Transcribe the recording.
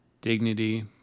Dignity